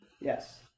yes